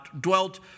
dwelt